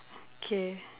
okay